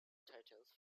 titles